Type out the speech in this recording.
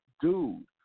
dude